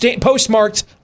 postmarked